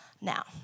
Now